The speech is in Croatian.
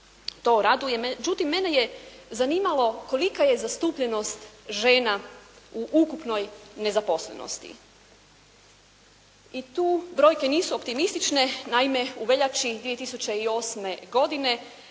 to raduje međutim mene je zanimalo kolika je zastupljenost žena u ukupnoj nezaposlenosti. I tu brojke nisu optimistične. Naime u veljači 2008. godine